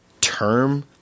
Term